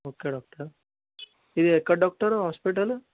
okay doctor ఇది ఎక్కడ doctor hospital